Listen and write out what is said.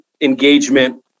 engagement